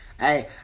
Hey